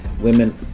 women